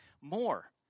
more